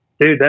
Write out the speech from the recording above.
Dude